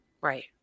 Right